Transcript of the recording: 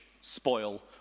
spoil